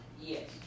Yes